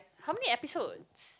how many episodes